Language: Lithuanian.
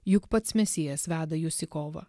juk pats mesijas veda jus į kovą